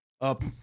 up